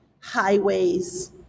highways